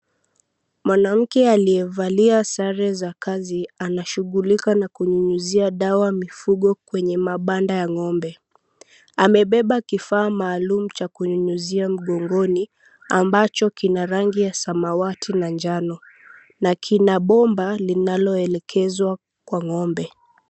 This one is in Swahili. Mwanamke aliyevalia sare za kazi anashughulika na kunyunyizia dawa mifugo kwenye mabanda ya ng'ombe. Amebeba kifaa maalum cha kunyunyizia mgongoni, ambacho kina rangi ya samawati na njano na kina mbomba linaloelekezwa kwa ng'ombe.